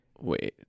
wait